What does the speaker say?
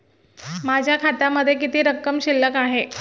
माझ्या खात्यामध्ये किती रक्कम शिल्लक आहे?